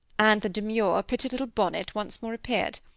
and the demure, pretty little bonnet once more appeared.